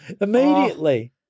immediately